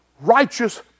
righteous